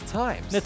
times